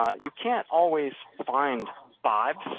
you can't always find five.